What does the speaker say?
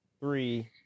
three